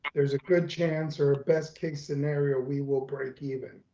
there's a good chance or best case scenario we will break even.